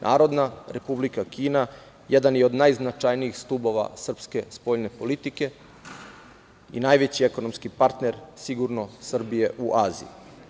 Narodna Republika Kina jedan je od najznačajnijih stubova srpske spoljne politike i najveći ekonomski partner sigurno Srbije u Aziji.